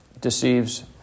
deceives